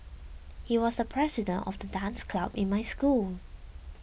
he was the president of the dance club in my school